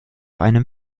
einem